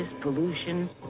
pollution